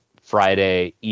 Friday